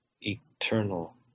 eternal